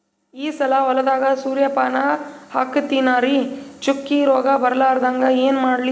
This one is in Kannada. ಈ ಸಲ ಹೊಲದಾಗ ಸೂರ್ಯಪಾನ ಹಾಕತಿನರಿ, ಚುಕ್ಕಿ ರೋಗ ಬರಲಾರದಂಗ ಏನ ಮಾಡ್ಲಿ?